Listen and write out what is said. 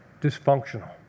Dysfunctional